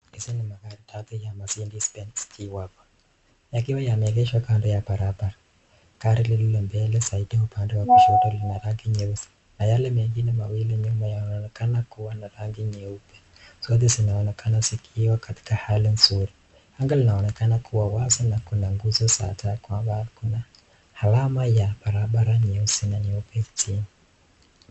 Hizi ni magari tatu ya Maceddez Benz G-wagon yakiwa yameegeshwa kando ya barabara, gari lililo mbele zaidi upande wa kushoto lina rangi nyeusi na yale mengine mawili nyuma yanaonekana kua na rangi nyeupe. Zote zinaonekana zikiwa katika hali nzuri. Anga linaonekana kuwa wazi na kuna nguzo za taa kwa mbali. Kuna alama za barabara nyeupe na nyeusi chini.